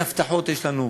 איזה הבטחות יש לנו,